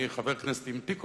אני אומנם חבר כנסת עם תיק,